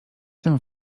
tym